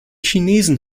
chinesen